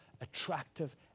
attractive